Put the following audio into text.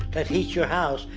that heat your house,